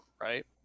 right